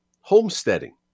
homesteading